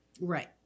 Right